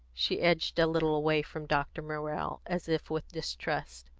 she edged a little away from dr. morrell, as if with distrust.